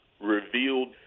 revealed